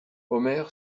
omer